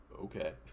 Okay